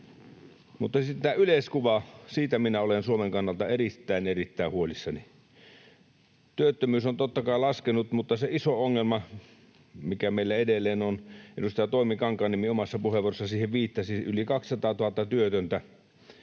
Mutta sitten tämä yleiskuva — siitä minä olen Suomen kannalta erittäin, erittäin huolissani. Työttömyys on totta kai laskenut, mutta se iso ongelma, mikä meillä edelleen on — edustaja Toimi Kankaanniemi omassa puheenvuorossaan siihen viittasi — on se, että